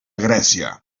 grècia